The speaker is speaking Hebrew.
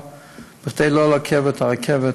אבל כדי לא לעכב את הרכבת,